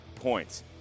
points